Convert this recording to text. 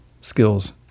skills